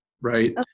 right